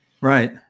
Right